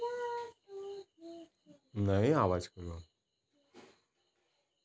उडीद साठवणीत कीड लागात म्हणून कश्याचो वापर करतत?